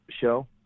show